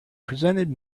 presented